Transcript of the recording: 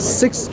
six